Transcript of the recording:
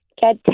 get